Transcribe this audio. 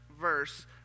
Verse